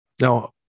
Now